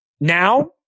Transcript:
Now